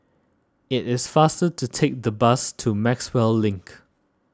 it is faster to take the bus to Maxwell Link